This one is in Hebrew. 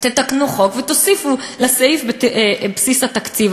תתקנו חוק, ותוסיפו סעיף בבסיס התקציב.